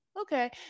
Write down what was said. okay